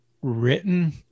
written